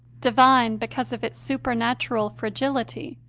divine because of its supernatural fragility,